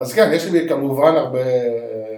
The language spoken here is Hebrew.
אז כן, יש לי כמובן הרבה...